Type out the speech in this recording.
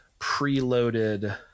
preloaded